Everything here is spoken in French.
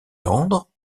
tendres